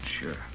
Sure